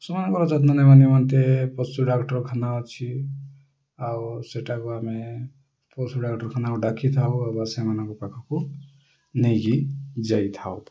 ସେମାନଙ୍କର ଯତ୍ନ ନେବା ନିମନ୍ତେ ପଶୁ ଡ଼ାକ୍ଟରଖାନା ଅଛି ଆଉ ସେଟାକୁ ଆମେ ପଶୁ ଡ଼ାକ୍ଟରଖାନାକୁ ଡ଼ାକିଥାଉ ବା ସେମାନଙ୍କ ପାଖକୁ ନେଇକି ଯାଇଥାଉ